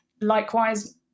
Likewise